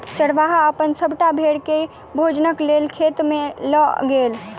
चरवाहा अपन सभटा भेड़ के भोजनक लेल खेत में लअ गेल